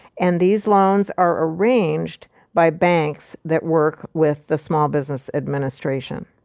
and these loans are arranged by banks that work with the small business administration.